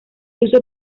uso